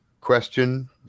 question